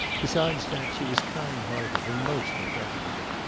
besides that, she was kind-hearted and most impressionable.